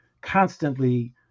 constantly